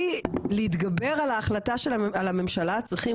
כדי להתגבר על ההחלטה של הממשלה צריכים